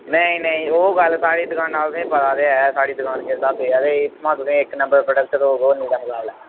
नेईं नेईं ओह् गल्ल साढ़ी दकाना उप्पर तुसेंगी पता ते ऐ साढ़ी दकान किस स्हाबें दी असें इत्थुआं तुसेंगी इक नम्बर प्राडक्ट थ्होग होरनें दे मकाबले